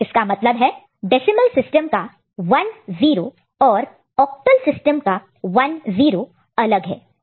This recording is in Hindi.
इसका मतलब है डेसिमल सिस्टम का 1 0 और ऑक्टल सिस्टम का 1 0 अलग है